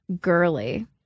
girly